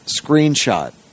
screenshot